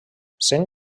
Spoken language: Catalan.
sent